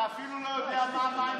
אתה אפילו לא יודע מה המים